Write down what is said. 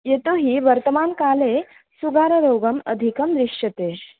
यतोहि वर्तमानकाले सुगाररोगः अधिकं दृश्यते